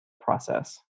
process